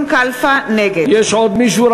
נגד יש עוד מישהו,